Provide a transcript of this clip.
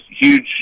huge